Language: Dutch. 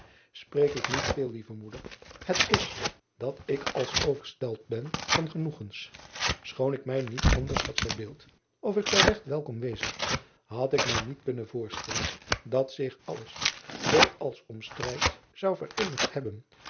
preek ik niet veel lieve moeder het is dat ik als overstelpt ben van genoegens choon ik mij niet anders had verbeeld of ik zou regt welkom wezen had ik mij niet kunnen voor driaan oosjes zn et leven van aurits ijnslager stellen dat zich alles zoo als om strijd zou vereenigd hebben